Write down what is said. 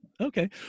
Okay